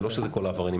זה לא שזה כל העבריינים,